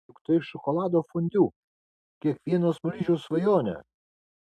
juk tai šokolado fondiu kiekvieno smaližiaus svajonė